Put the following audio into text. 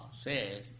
says